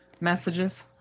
messages